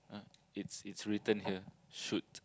uh it's it's written here shoot